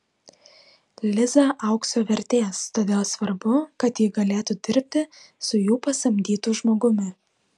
liza aukso vertės todėl svarbu kad ji galėtų dirbti su jų pasamdytu žmogumi